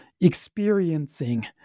experiencing